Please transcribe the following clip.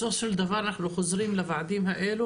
בסופו של דבר אנחנו חוזרים לוועדים האלו